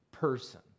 person